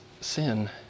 sin